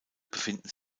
befinden